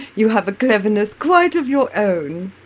you have a cleverness quite of your own.